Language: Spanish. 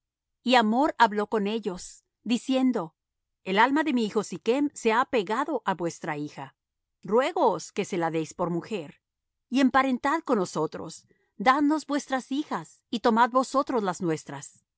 y hamor habló con ellos diciendo el alma de mi hijo sichm se ha apegado á vuestra hija ruégoos que se la deis por mujer y emparentad con nosotros dadnos vuestras hijas y tomad vosotros las nuestras